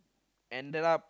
ended up